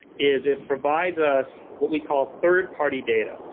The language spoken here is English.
is it provides us what we call third-party data.